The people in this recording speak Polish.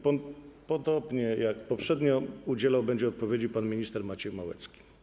Podobnie jak poprzednio będzie udzielał odpowiedzi pan minister Maciej Małecki.